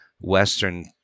Western